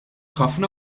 ħafna